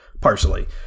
partially